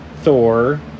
Thor